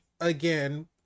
again